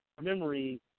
memory